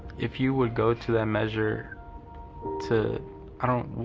if you would go to that measure to i don't.